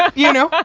you know,